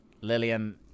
Lillian